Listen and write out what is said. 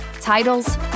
titles